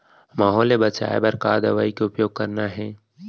माहो ले बचाओ बर का दवई के उपयोग करना हे?